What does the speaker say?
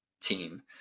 team